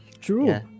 True